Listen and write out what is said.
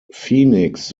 phoenix